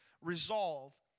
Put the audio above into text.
resolve